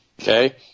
Okay